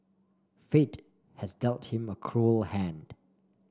fate has dealt him a cruel hand